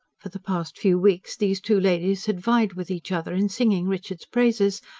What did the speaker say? for the past few weeks these two ladies had vied with each other in singing richard's praises,